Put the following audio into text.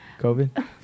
covid